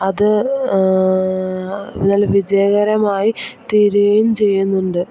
അത് നല്ല വിജയകരമായി തീരുകയും ചെയ്യുന്നുണ്ട്